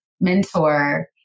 mentor